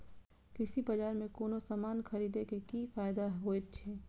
कृषि बाजार में कोनो सामान खरीदे के कि फायदा होयत छै?